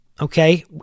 Okay